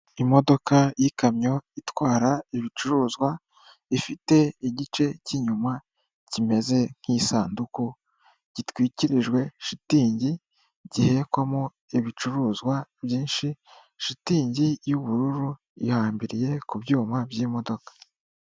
Imodoka y'ikamyo itwara ibicuruzwa ifite igice cy'inyuma kimeze nk'isanduku gitwikirijwe shitingi gihehekwamo ibicuruzwa byinshi, shitingi y'ubururu ihambiriye ku byuma by'imodoka.